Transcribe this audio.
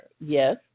yes